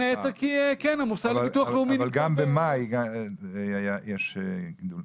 אבל גם במאי יש גידול.